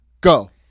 Go